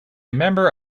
member